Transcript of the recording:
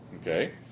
Okay